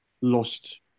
lost